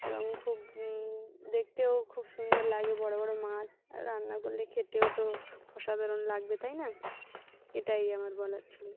এবং খুব দেখতেও খুব সুন্দর লাগে বড়ো বড়ো মাছ আর রান্না করলে খেতেও তো অসাধারণ লাগবে তাই না এটাই আমার বলার ছিলো